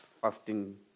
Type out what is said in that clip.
fasting